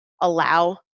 allow